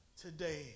today